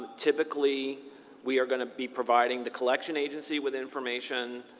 typically we are going to be providing the collection agency with information.